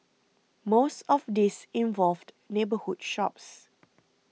most of these involved neighbourhood shops